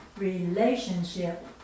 Relationship